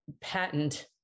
patent